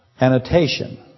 annotation